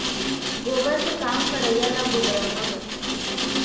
गोबर के काम करइया ल गोबरहा कथें